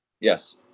Yes